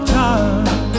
time